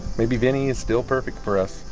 maybe vinny is still perfect for us,